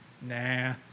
nah